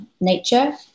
nature